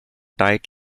tight